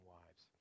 wives